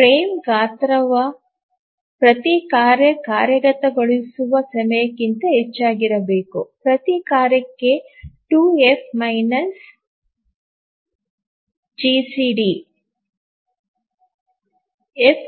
frame ಗಾತ್ರವು ಪ್ರತಿ ಕಾರ್ಯ ಕಾರ್ಯಗತಗೊಳಿಸುವ ಸಮಯಕ್ಕಿಂತ ಹೆಚ್ಚಾಗಿರಬೇಕು ಪ್ರತಿ ಕಾರ್ಯಕ್ಕೆ 2 ಎಫ್ ಜಿಸಿಡಿ ಎಫ್